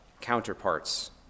counterparts